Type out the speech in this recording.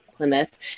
Plymouth